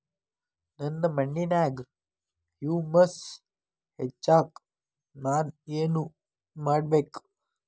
ನನ್ನ ಮಣ್ಣಿನ್ಯಾಗ್ ಹುಮ್ಯೂಸ್ ಹೆಚ್ಚಾಕ್ ನಾನ್ ಏನು ಮಾಡ್ಬೇಕ್?